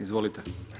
Izvolite.